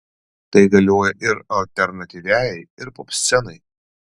tai galioja ir alternatyviajai ir popscenai